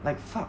like fuck